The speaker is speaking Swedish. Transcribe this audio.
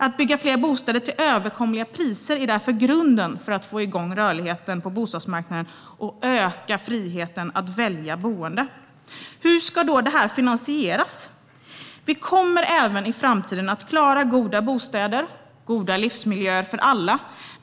Att bygga fler bostäder till överkomliga priser är därför grunden för att få igång rörligheten på bostadsmarknaden och öka friheten att välja boende. Hur ska detta finansieras? Vi kommer även i framtiden att klara goda bostäder och livsmiljöer för alla.